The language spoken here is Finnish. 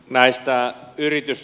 arvoisa puhemies